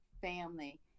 family